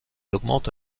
augmente